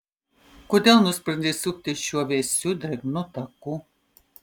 kodėl nusprendei sukti šiuo vėsiu drėgnu taku